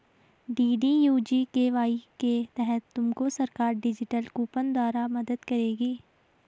DDU GKY के तहत तुमको सरकार डिजिटल कूपन द्वारा मदद करेगी